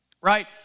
Right